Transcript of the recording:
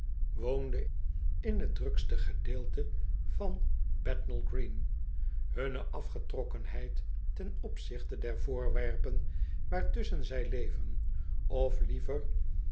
woonde in t drukste gedeelte van bethnal green hunne afgetrokkenheid ten opzichte der voorwerpen waartusschen zij leven of liever